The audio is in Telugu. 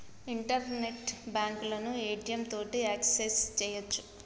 ఇంటర్నెట్ బాంకులను ఏ.టి.యం తోటి యాక్సెస్ సెయ్యొచ్చు